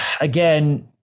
again